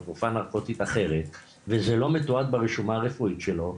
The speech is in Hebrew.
או תרופה נרקוטית אחרת וזה לא מתועד ברשומה הרפואית שלו,